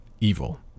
evil